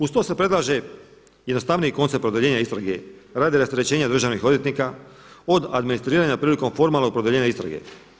Uz to se predlaže jednostavniji koncept produljenja istrage radi rasterećenja državnih odvjetnika od administriranja prilikom formalnog produljenja istrage.